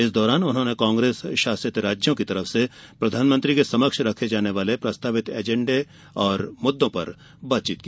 इस दौरान उन्होंने कांग्रेस शासित राज्यों की ओर से प्रधानमंत्री के समक्ष रखे जाने वाले प्रस्तावित एजेंडे और मुद्दों पर बातचीत की